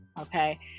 okay